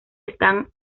están